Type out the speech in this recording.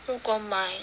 如果买